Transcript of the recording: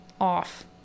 off